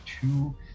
two